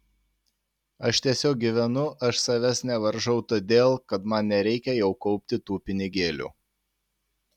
aš tiesiog gyvenu aš savęs nevaržau todėl kad man nereikia jau kaupti tų pinigėlių